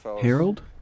Harold